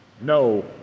no